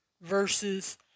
versus